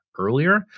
Earlier